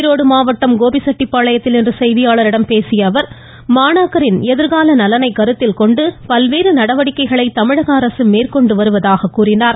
ஈரோடு மாவட்டம் கோபிச்செட்டிப்பாளையத்தில் இன்று செய்தியாளர்களிடம் பேசிய அவர் மாணாக்கரின் எதிர்கால நலனைக் கருத்தில் கொண்டு பல்வேறு நடவடிக்கைகளை தமிழக அரசு மேற்கொண்டு வருவதாக கூறினார்